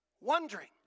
wondering